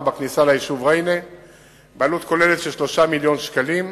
בכניסה ליישוב ריינה בעלות כוללת של 3 מיליוני שקלים.